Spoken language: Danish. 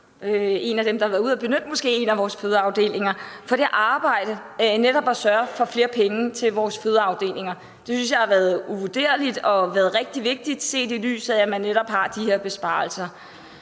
en af dem, der måske har benyttet en af vores fødeafdelinger – for det arbejde med netop at sørge for flere penge til vores fødeafdelinger. Det synes jeg har været uvurderligt og været rigtig vigtigt, set i lyset af at man netop har de her besparelser.